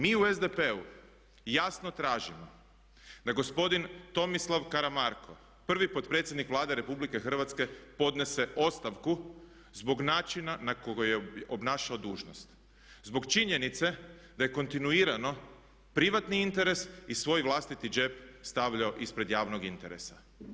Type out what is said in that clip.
Mi u SDP-u jasno tražimo da gospodin Tomislav Karamarko, prvi potpredsjednik Vlade RH podnese ostavku zbog načina na koji je obnašao dužnost, zbog činjenice da je kontinuirano privatni interes i svoj vlastiti džep stavljao ispred javnog interesa.